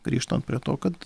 grįžtant prie to kad